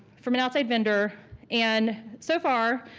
from an outside vendor and so far